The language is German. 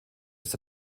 ist